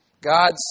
God's